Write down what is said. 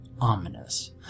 ominous